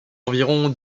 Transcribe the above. environ